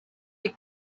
les